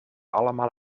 allemaal